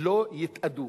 לא יתאדו